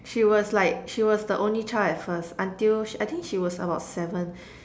she was like she was the only child at first until she I think she was about seven